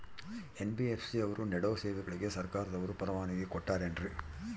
NBFC ಅವರು ನೇಡೋ ಸೇವೆಗಳಿಗೆ ಸರ್ಕಾರದವರು ಪರವಾನಗಿ ಕೊಟ್ಟಾರೇನ್ರಿ?